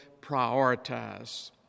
prioritize